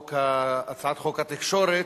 הצעת חוק התקשורת,